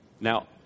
Now